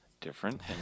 different